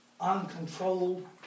Uncontrolled